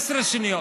15 שניות,